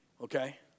Okay